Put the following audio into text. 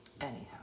Anyhow